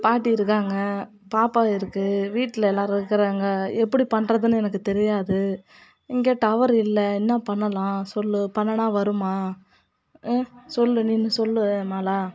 பாட்டி இருக்காங்க பாப்பா இருக்கு வீட்டில் எல்லோரும் இருக்குறாங்க எப்படி பண்ணுறதுன்னு எனக்கு தெரியாது இங்கே டவர் இல்லை என்ன பண்ணலாம் சொல் பண்ணினா வருமா சொல் நின்னு சொல் மாலா